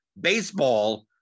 Baseball